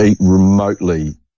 remotely